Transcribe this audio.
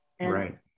right